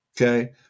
Okay